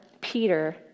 Peter